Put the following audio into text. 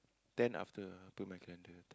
ten after to my calender